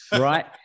Right